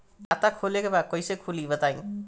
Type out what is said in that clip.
खाता खोले के बा कईसे खुली बताई?